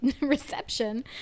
reception